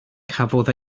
cafodd